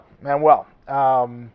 Manuel